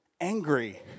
angry